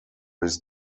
his